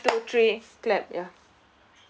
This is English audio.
two three clap ya